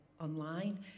online